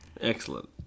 Excellent